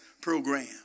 program